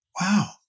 wow